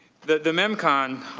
the the memcon